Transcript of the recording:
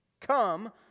Come